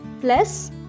plus